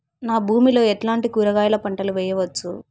నా భూమి లో ఎట్లాంటి కూరగాయల పంటలు వేయవచ్చు?